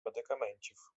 медикаментів